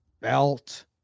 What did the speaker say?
belt